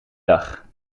dag